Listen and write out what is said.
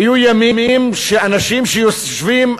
היו ימים שאנשים שיושבים,